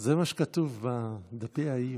זה מה שכתוב בדפי האיות.